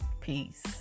Peace